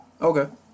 Okay